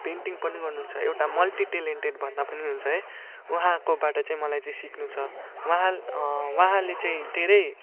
painting पनि गर्नुहुन्छ एउटा मल्टि टेलेन्टेड भन्दा पनि हुन्छ है उहाँकोबाट चाहिँ मलाई चाहिँ सिक्नु छ उहाँले उहाँले चाहिँ धेरै